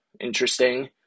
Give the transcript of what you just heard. Interesting